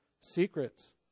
secrets